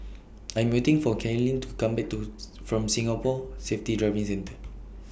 I Am waiting For Kaylyn to Come Back to from Singapore Safety Driving Centre